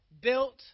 built